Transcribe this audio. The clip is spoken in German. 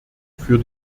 für